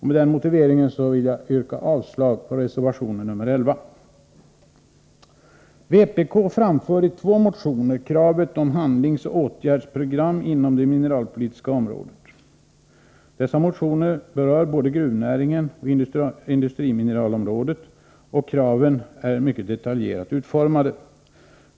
Med den motiveringen yrkar jag avslag på reservation nr 11. Vpk framför i två motioner krav på handlingsoch åtgärdsprogram inom det mineralpolitiska området. Dessa motioner berör både gruvnäringen och industrimineralområdet, och kraven är mycket detaljerat utformade.